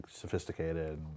sophisticated